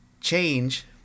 change